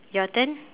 your turn